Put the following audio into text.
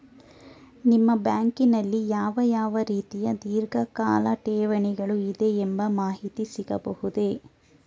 ನಿಮ್ಮ ಬ್ಯಾಂಕಿನಲ್ಲಿ ಯಾವ ಯಾವ ರೀತಿಯ ಧೀರ್ಘಕಾಲ ಠೇವಣಿಗಳು ಇದೆ ಎಂಬ ಮಾಹಿತಿ ಸಿಗಬಹುದೇ?